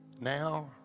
now